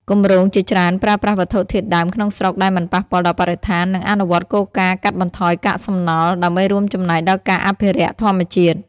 គម្រោងជាច្រើនប្រើប្រាស់វត្ថុធាតុដើមក្នុងស្រុកដែលមិនប៉ះពាល់ដល់បរិស្ថាន និងអនុវត្តគោលការណ៍កាត់បន្ថយកាកសំណល់ ដើម្បីរួមចំណែកដល់ការអភិរក្សធម្មជាតិ។